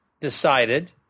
decided